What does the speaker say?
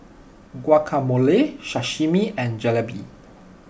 Guacamole Sashimi and Jalebi